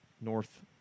North